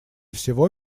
всего